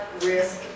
risk